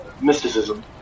mysticism